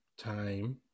time